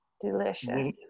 delicious